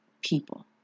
people